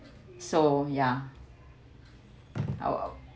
so ya our our